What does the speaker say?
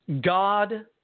God